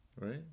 Right